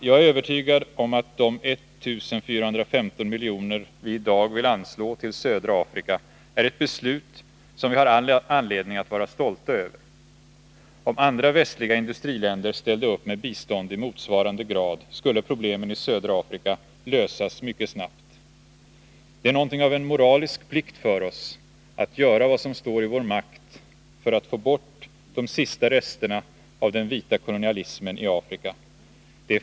Jag är övertygad om att de 1 415 milj.kr. som vi i dag vill anslå till södra Afrika är ett beslut, som vi har anledning att vara stolta över. Om andra västliga industriländer ställde upp med bistånd i motsvarande grad skulle problemen i södra Afrika lösas mycket snabbare. Det är något av en moralisk plikt för oss att göra vad som står i vår makt för att få bort de sista resterna av den vita kolonialismen i Afrika.